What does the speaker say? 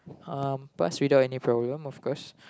um passed without any problem of course